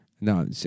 No